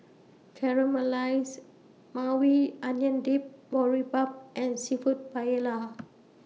Caramelized Maui Onion Dip Boribap and Seafood Paella